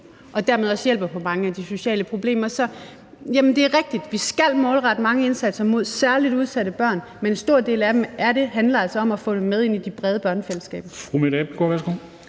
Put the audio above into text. og dermed også hjælper på mange af de sociale problemer. Det er rigtigt, at vi skal målrette mange indsatser mod særligt udsatte børn, men en stor del af det handler altså om få dem med ind i de brede børnefællesskaber.